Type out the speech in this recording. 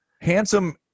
Handsome